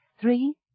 Three